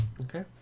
Okay